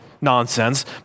nonsense